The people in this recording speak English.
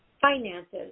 finances